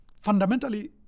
fundamentally